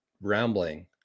rambling